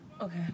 Okay